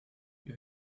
you